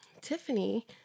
Tiffany